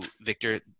Victor